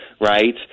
right